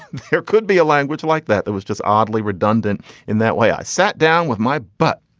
there could be a language like that that was just oddly redundant in that way. i sat down with my butt.